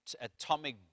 atomic